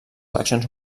eleccions